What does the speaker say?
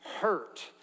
hurt